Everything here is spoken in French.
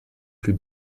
plus